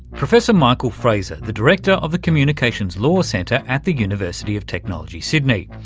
professor michael fraser, the director of the communications law centre at the university of technology, sydney.